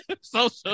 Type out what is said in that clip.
Social